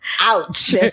ouch